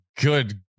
good